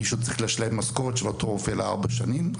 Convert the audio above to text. מישהו צריך לשלם משכורת לאותו רופא לארבע שנים.